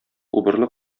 убырлы